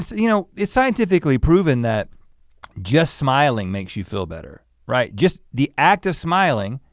you know, it's scientifically proven that just smiling makes you feel better, right? just the act of smiling,